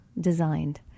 designed